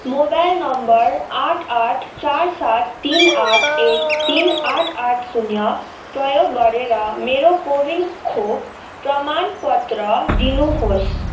mobile नम्बर आठ आठ चार सात तिन आठ एक तिन आठ आठ शून्य प्रयोग गरेर मेरो को विन खोप प्रमाणपत्र दिनुहोस्